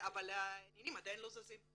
אבל העניינים עדיין לא זזים.